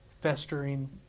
Festering